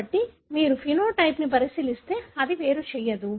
కాబట్టి మీరు ఫెనోటైప్ ను పరిశీలిస్తే అది వేరు చేయదు